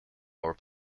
more